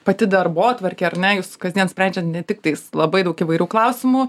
pati darbotvarkė ar ne jūs kasdien sprendžiat ne tik tais labai daug įvairių klausimų